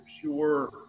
pure